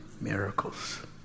Miracles